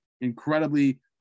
incredibly